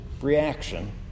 reaction